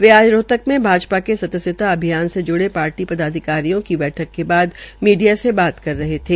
वे आज रोहतक में भाजपा के सदस्यता अभियान से जुड़े पार्टी पदाधिकारियों की बैठक के बाद मीडिया से बात कर रहे थे